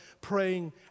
praying